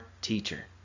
teacher